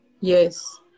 Yes